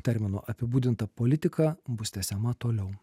terminu apibūdinta politika bus tęsiama toliau